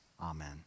Amen